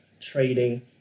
trading